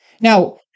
Now